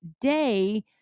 day